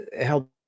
help